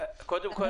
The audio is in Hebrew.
קודם כול,